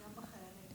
גם בחיילים.